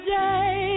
day